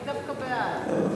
אני דווקא בעד.